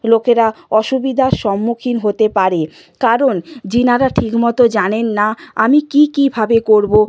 লোকেরা অসুবিধার সম্মুখীন হতে পারে কারণ যিনারা ঠিক মতো জানেন না আমি কী কী ভাবে করব